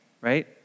Right